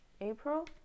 April